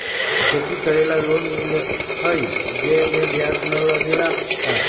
खेती करे ला लोन मिलहई जे में ब्याज न लगेला का?